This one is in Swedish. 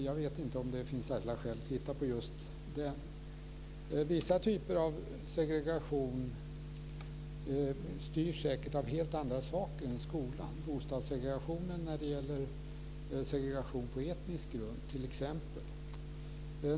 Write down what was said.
Jag vet inte om det finns särskilda skäl att titta på just den. Vissa typer av segregation styrs säkert av helt andra saker än skolan, t.ex. bostadssegregationen när det gäller segregation på etnisk grund.